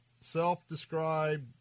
self-described